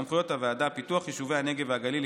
סמכויות הוועדה: פיתוח יישובי הנגב והגליל,